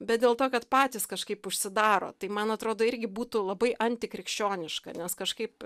bet dėl to kad patys kažkaip užsidaro tai man atrodo irgi būtų labai antikrikščioniška nes kažkaip